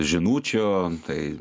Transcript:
žinučių tai